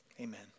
Amen